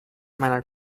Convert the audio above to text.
meiner